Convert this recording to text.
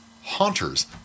Haunters